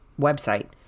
website